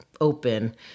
open